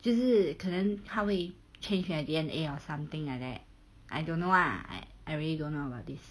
就是可能他会 change the D_N_A or something like that I don't know lah I really don't know about this